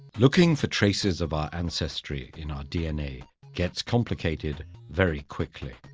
looking for traces of our ancestry in our dna gets complicated very quickly.